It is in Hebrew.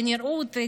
בנראות.